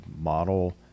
model